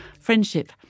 friendship